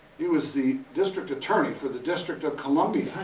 he was the district attorney for the district of columbia,